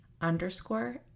underscore